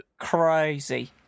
Crazy